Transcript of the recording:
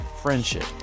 friendship